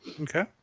Okay